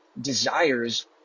desires